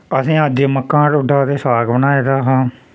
असें अज्ज मक्कां टोडा ते साग बनाए दा हा